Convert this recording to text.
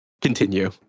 Continue